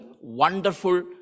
wonderful